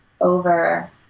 Over